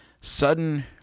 Sudden